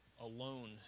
alone